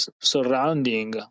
surrounding